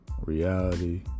reality